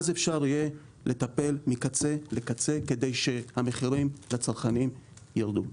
אז אפשר יהיה לטפל מקצה לקצה כדי שהמחירים לצרכן ירדו.